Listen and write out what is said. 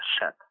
set